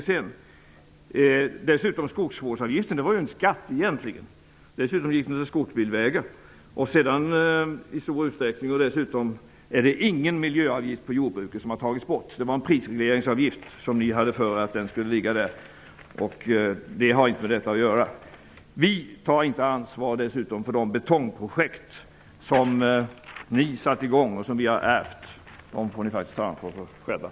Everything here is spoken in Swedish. Sedan har vi också skogsvårdsavgiften som egentligen var en skatt, vilken användes i stor utsträckning för skogsbilvägar. Det har inte tagits bort någon miljöavgift från jordbruket. Det rörde sig om en prisregleringsavgift som ni hade infört. Vi tar inte ansvar för de betongprojekt som ni satte i gång och som vi har ärvt. De får ni faktiskt själva ta ansvar för.